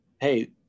Hey